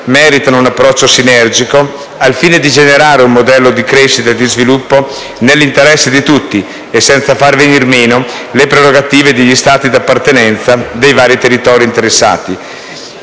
meritano un approccio sinergico, al fine di generare un modello di crescita e di sviluppo nell'interesse di tutti, senza far venir meno le prerogative degli Stati di appartenenza dei vari territori interessati.